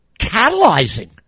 catalyzing